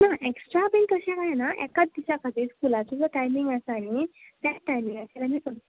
ना एक्स्ट्रा बी तशें काय ना एकाच दिसा खातीर स्कुलाचो जो टायमींग आसा न्ही त्याच टायमिंगाचेर आमी करतलीं